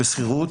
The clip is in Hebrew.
בשכירות